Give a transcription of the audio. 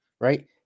right